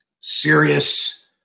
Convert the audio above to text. serious